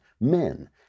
men